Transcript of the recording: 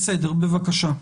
בבקשה,